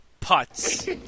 putts